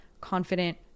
confident